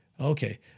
Okay